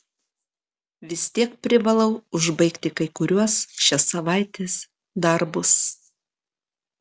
vis tiek privalau užbaigti kai kuriuos šios savaitės darbus